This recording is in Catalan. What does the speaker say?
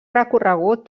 recorregut